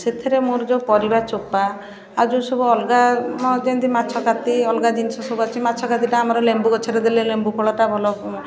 ସେଥିରେ ମୋର ଯେଉଁ ପରିବା ଚୋପା ଆଉ ଯେଉଁ ସବୁ ଅଲଗା ମ ଯେମିତି ମାଛ କାତି ଅଲଗା ଜିନିଷ ସବୁ ଅଛି ମାଛ କାତିଟା ଆମର ଲେମ୍ବୁ ଗଛରେ ଦେଲେ ଲେମ୍ବୁ ଫଳଟା ଭଲ